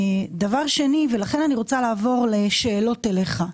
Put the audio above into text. לכן אני רוצה לעבור לשאלות אליך.